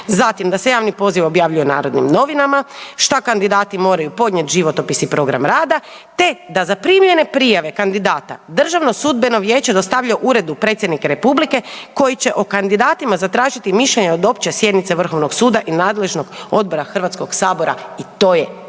Zatim, „da se javni poziv objavljuje u Narodnim novinama“. Što kandidati moraju podnijeti? „Životopis i program rada te da zaprimljene prijave kandidata Državno sudbeno vijeće dostavlja Uredu Predsjednika Republike koji će o kandidatima zatražiti mišljenje od opće sjednice Vrhovnog suda i nadležnog odbora Hrvatskoga sabora.“, i to je